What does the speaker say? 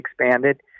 expanded